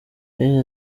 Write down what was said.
yagize